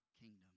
kingdom